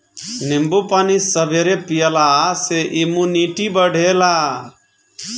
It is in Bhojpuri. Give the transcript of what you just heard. नींबू पानी सबेरे पियला से इमुनिटी बढ़ेला